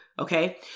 Okay